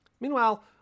Meanwhile